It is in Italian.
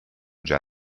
già